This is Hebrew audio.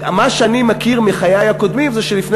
מה שאני מכיר מחיי הקודמים זה שלפני